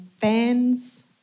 fans